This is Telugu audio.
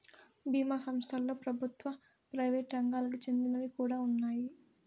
బీమా సంస్థలలో ప్రభుత్వ, ప్రైవేట్ రంగాలకి చెందినవి కూడా ఉన్నాయి